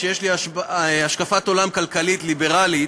שיש לי השקפת עולם כלכלית ליברלית,